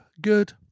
good